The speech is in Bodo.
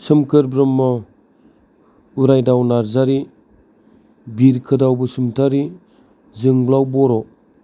सोमखोर ब्रह्म उरायदाव नारजारि बिरखोदाव बसुमतारि जोंब्लाव बर'